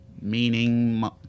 meaning